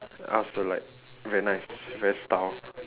I also don't like very nice very style